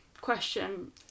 question